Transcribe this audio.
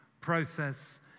process